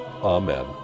Amen